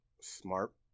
smart